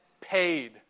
paid